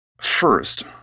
First